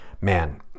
man